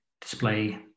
display